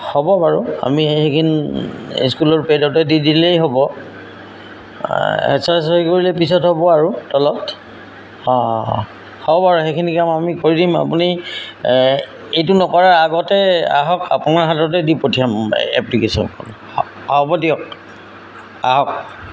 হ'ব বাৰু আমি সেইখিনি স্কুলৰ পেডতে দি দিলেই হ'ব এছ আই চহী কৰিলে পিছত হ'ব আৰু তলত অঁ হ'ব বাৰু সেইখিনি কাম আমি কৰি দিম আপুনি এইটো নকৰা আগতে আহক আপোনাৰ হাততে দি পঠিয়াম এপ্লিকেশ্যনখন হ'ব দিয়ক আহক